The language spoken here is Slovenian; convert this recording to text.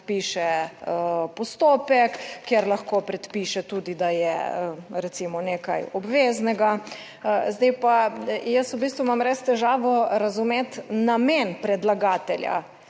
predpiše postopek, kjer lahko predpiše tudi, da je recimo nekaj obveznega. Zdaj pa, jaz v bistvu imam res težavo razumeti namen predlagatelja.